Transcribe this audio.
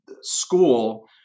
school